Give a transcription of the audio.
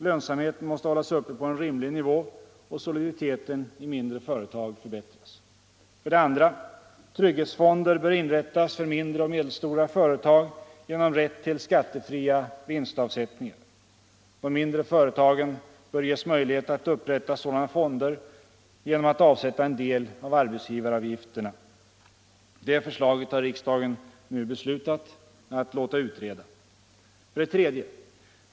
Lönsamheten måste hållas uppe på en rimlig nivå och soliditeten i mindre företag förbättras. 2. Trygghetsfonder bör inrättas för mindre och medelstora företag genom rätt till skattefria vinstavsättningar. De mindre företagen bör ges möjlighet att upprätta sådana fonder genom att avsätta en del av arbetsgivaravgiften. Det förslaget har riksdagen nu beslutat att låta utreda. 3.